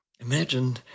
Imagine